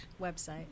website